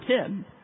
ten